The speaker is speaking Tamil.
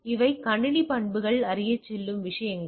எனவே இவை கணினி பண்புகளை அறிய செல்லும் விஷயங்கள்